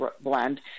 blend